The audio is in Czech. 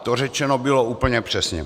To řečeno bylo úplně přesně.